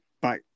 Bye